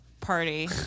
party